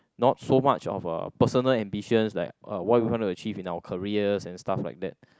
not so much of uh personal ambitions like uh what we want to achieve in our careers and stuff like that